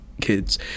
kids